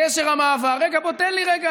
גשר המעבר, אבל, רגע, בוא, תן לי רגע,